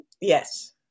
Yes